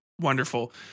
Wonderful